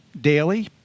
daily